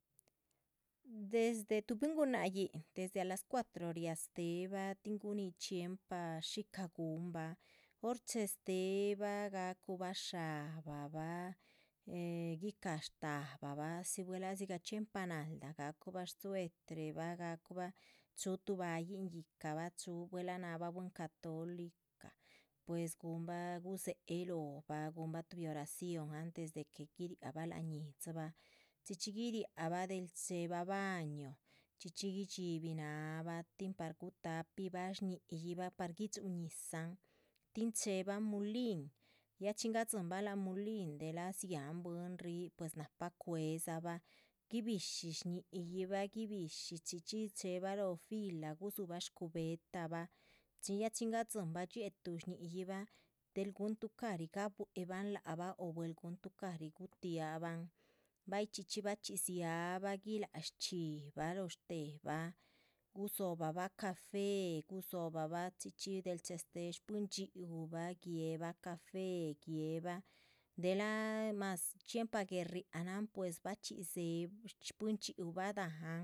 Desde tuh bwín gunáhyin, desde a las cuatro riáha stéhebah tin guníhi chxiempa shí guhunbah, or chehestéhebah ga´cubah sha´bah bah ehh guicáhha shtabahbah, si. buela dzigah chxiempa náldah gácuhuba suetrebah gácuhubah chúhu tuh ba´yih yíhcabah, buelah náhabah bwín catolicah, pues guhunbah gudzéhe lóhobah guhunbah tuhbi oraciónan. desde que guiriahbah láhan yíhdzibah chxí chxí guiriahbah del chéhebah baño, chxí chxí guidxibih náhaabah tin par guihitapibah shñi´yibah par guidxúhun ñizahn tin. chéhebah mulin ya chin gahadzinbah láhan mulin delah dziáhan bwín rihi nahpa cue´dzabah guibishi shñíýihbah guibishi chxí chxí chéhebah lóho fila gudzúhubah. shcubetabah chin ya chin gadzíhinbah dxiéhetuh shñi´yihbah del guhun tucari gabuehebahn lac bah o buel guhun tucari gutiahbahan bay chxí chxí bachxí dziha bah guiláha. shchxíbaha lóho shtéhebah gudzóhobahbah café, gudzóhobahbah chxí chxí del chehestéhe shpuhin dxhíubah guéhebah café guéhebah delah más chxiempah guélh riáhanan. bachxí dzéhe shpuhin dxhíubah dahán.